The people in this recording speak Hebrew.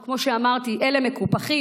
כמו שאמרתי: אלה מקופחים,